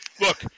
look